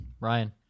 Ryan